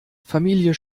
familie